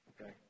Okay